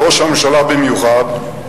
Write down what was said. וראש הממשלה במיוחד,